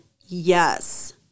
Yes